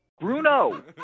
Bruno